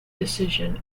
decision